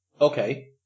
Okay